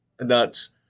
nuts